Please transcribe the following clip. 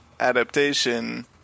adaptation